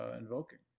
invoking